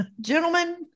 gentlemen